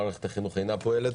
מערכת החינוך אינה פועלת,